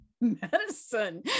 medicine